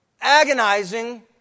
agonizing